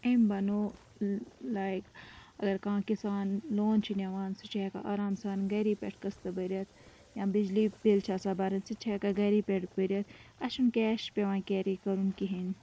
أمۍ بَنٲو لایک اگر کانہہ کِسان لون چھُ نِوان سُہ چھُ ہیٚکان آرام سان گرے پیٹھ قٕستہٕ بٔرتھ یا بجلی بِل چھِ آسان بَرٕنۍ سُہ تہِ چھِ ہیٚکان گرے پٮ۪ٹھ بٔرتھ اَسہِ چُھنہ کیش پیٚوان کیری کَرُن کہیٖنۍ